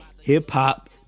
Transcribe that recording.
hip-hop